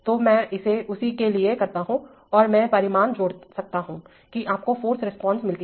तोमैं इसे उसी के लिए करता हूं और मैं परिणाम जोड़ सकता हूं कि आपको फाॅर्स रिस्पांस मिलती है